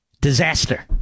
Disaster